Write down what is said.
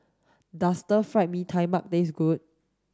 does stir fried mee tai mak taste good